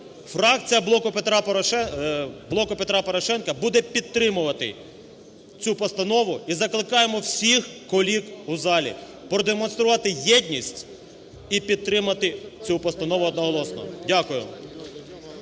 Фракція "Блоку Петра Порошенка" буде підтримувати цю постанову. І закликаємо всіх колег у залі продемонструвати єдність і підтримати цю постанову одноголосно. Дякую.